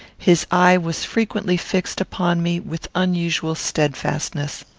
his eye was frequently fixed upon me with unusual steadfastness.